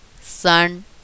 sun